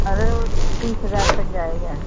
अरे वह तीस हज़ार तक जाएगा